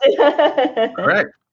Correct